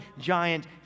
giant